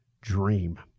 dream